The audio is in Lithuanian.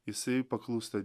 jisai paklūsta